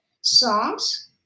songs